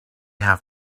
have